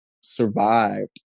survived